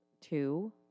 two